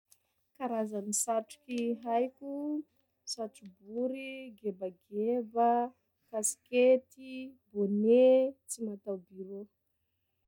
Karazany satroky haiko: satro-bory, gebageba, kaskety, bonnet, tsy mataobirô.